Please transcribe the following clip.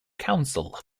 council